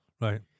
right